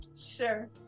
sure